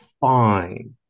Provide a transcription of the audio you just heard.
fine